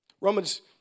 Romans